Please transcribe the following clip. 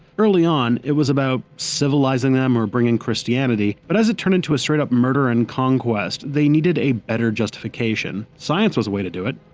early on, it was about civilising them or bringing christianity, but as it turned more into straight up murder and conquest, they needed a better justification. science was a way to do it.